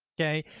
okay.